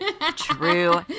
True